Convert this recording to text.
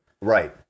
Right